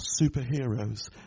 superheroes